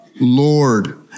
Lord